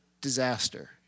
disaster